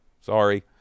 sorry